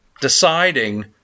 deciding